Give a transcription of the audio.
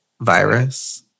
virus